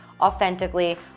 authentically